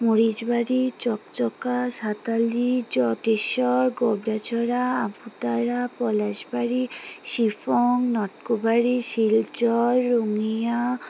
Marichbari Chakchaka Satali Jateswar Gobrachhara Abutara Palashbari Shifung Natkubari Silchar Rangia